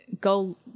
go